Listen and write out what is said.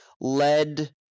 led